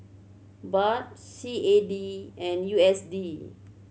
Baht C A D and U S D